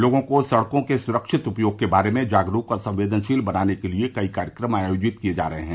लोगों को सड़कों के सुरक्षित उपयोग के बारे में जागरूक और संवेदनशील बनाने के लिए कई कार्यक्रम आयोजत किए जा रहे हैं